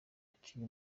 akiri